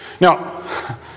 Now